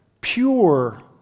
pure